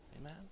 Amen